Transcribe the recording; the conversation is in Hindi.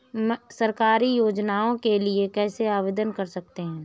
सरकारी योजनाओं के लिए कैसे आवेदन कर सकते हैं?